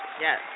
Yes